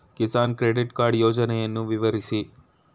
Kisan credit card ಯೋಜನೆಯನ್ನು ವಿವರಿಸಿ?